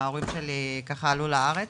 ההורים שלי עלו לארץ.